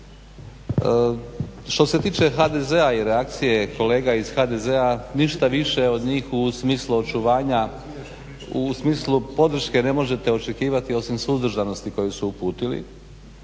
Što se tiče HDZ-a i reakcije kolega iz HDZ-a ništa više od njih u smislu očuvanja, u smislu podrške ne možete očekivati osim suzdržanosti koju su uputili